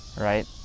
right